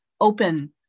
open